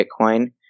Bitcoin